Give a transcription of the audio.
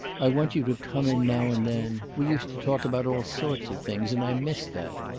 i want you to come in now and then. we used to talk about all sorts of things, and i miss that.